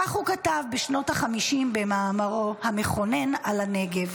כך הוא כתב בשנות החמישים במאמרו המכונן על הנגב.